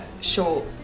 short